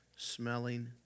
Smelling